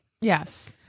Yes